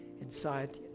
inside